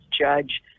judge